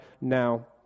now